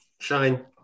Shine